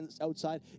outside